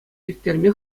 ирттерме